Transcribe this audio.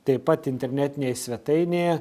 taip pat internetinėj svetainėje